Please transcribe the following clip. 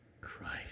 Christ